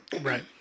Right